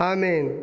Amen